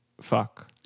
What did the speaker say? fuck